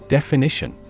Definition